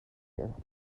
year